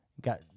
got